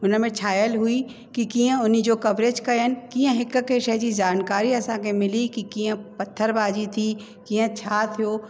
हुन में छायल हुई की कीअं उन जो कवरेज कयनि कीअं हिकु हिकु शइ जी जानकारी असांखे मिली की कीअं पथरबाजी थी कीअं छा थियो